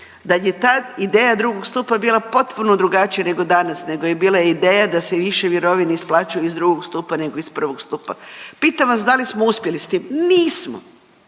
da je tad ideja 2. stupa bila potpuno drugačija nego danas, nego je bila ideja da se više mirovine isplaćuju iz 2. stupa nego iz 1. stupa. Pitam vas da li smo uspjeli s tim. Nismo.